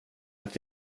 att